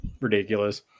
ridiculous